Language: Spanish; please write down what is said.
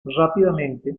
rápidamente